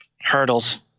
hurdles